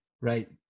right